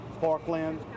Parkland